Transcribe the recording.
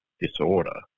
disorder